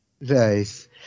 Nice